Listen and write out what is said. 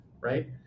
right